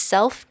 Self